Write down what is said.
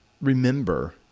remember